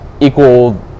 equal